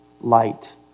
Light